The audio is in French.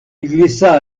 glissa